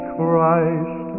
Christ